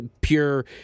pure